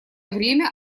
время